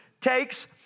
takes